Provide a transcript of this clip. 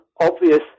obvious